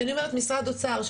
משרד האוצר,